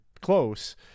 close